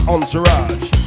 Entourage